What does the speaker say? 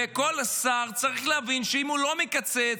וכל שר צריך להבין שאם הוא לא מקצץ,